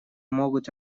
могут